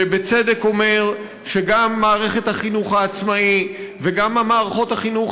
שבצדק אומר שגם מערכת החינוך העצמאי וגם מערכות החינוך